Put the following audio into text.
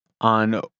on